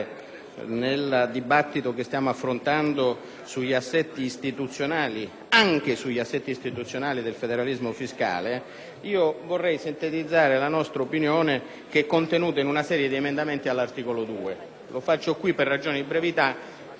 anche sugli assetti istituzionali del federalismo fiscale, vorrei sintetizzare la nostra opinione come è contenuta in una serie di emendamenti a questo articolo. Lo faccio ora per ragioni di brevità, anche al fine di evitare di intervenire sui singoli emendamenti.